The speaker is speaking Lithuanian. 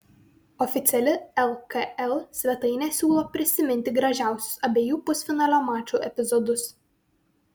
oficiali lkl svetainė siūlo prisiminti gražiausius abiejų pusfinalio mačų epizodus